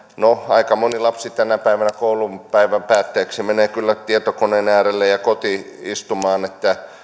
no aika moni lapsi tänä päivänä koulupäivän päätteeksi menee kyllä tietokoneen äärelle ja kotiin istumaan